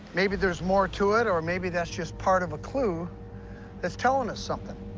maybe there's more to it, or maybe that's just part of a clue that's telling us something.